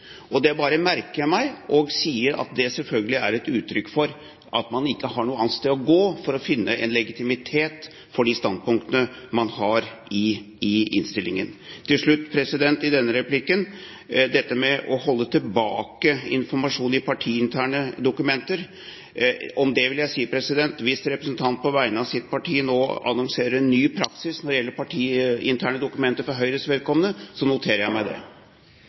fortegn. Det bare merker jeg meg, og sier at det selvfølgelig er et uttrykk for at man ikke har noe annet sted å gå for å finne en legitimitet for de standpunktene man har i innstillingen. Til slutt i denne replikken, dette med å holde tilbake informasjon i partiinterne dokumenter. Om det vil jeg si at hvis representanten på vegne av sitt parti nå annonserer en ny praksis når det gjelder partiinterne dokumenter for Høyres vedkommende, noterer jeg meg det.